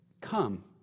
Come